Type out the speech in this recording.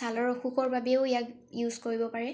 ছালৰ অসুখৰ বাবেও ইয়াক ইউজ কৰিব পাৰে